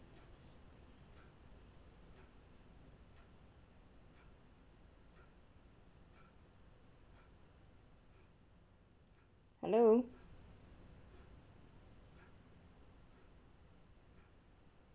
hello